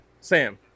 Sam